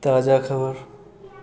ताजा खबर